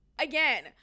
again